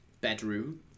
bedroom